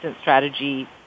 strategy